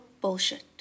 bullshit